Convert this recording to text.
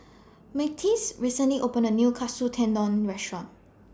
Myrtice recently opened A New Katsu Tendon Restaurant